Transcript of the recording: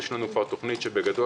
יש לנו תוכניות שבגדול,